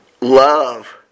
love